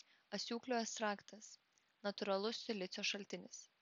asiūklių ekstraktas natūralus silicio šaltinis